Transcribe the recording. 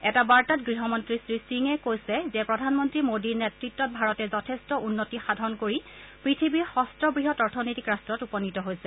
এটা বাৰ্তাত গৃহমন্নী শ্ৰীসিঙে কৈছে যে প্ৰধানমন্নী মোদীৰ নেত়ত্বত ভাৰতে যথেষ্ট উন্নতি সাধন কৰি পৃথিৱীৰ যষ্ট বৃহৎ অৰ্থনৈতিক ৰাষ্টত উপনীত হৈছে